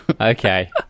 Okay